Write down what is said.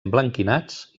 emblanquinats